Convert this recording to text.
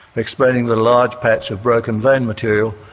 explaining the large patch of broken vein material.